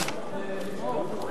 עברה